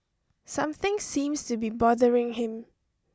something seems to be bothering him